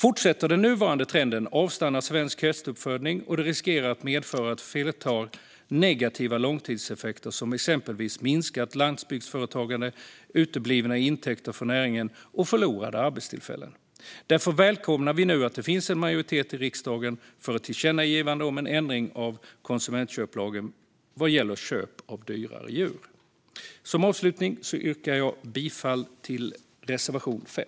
Om den nuvarande trenden fortsätter avstannar svensk hästuppfödning, och det riskerar att medföra ett flertal negativa långtidseffekter som exempelvis minskat landsbygdsföretagande, uteblivna intäkter för näringen och förlorade arbetstillfällen. Därför välkomnar vi nu att det finns en majoritet i riksdagen för ett tillkännagivande om en ändring i konsumentköplagen vad gäller köp av dyrare djur. Som avslutning yrkar jag bifall till reservation 5.